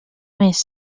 més